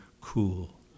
cool